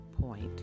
point